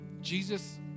Jesus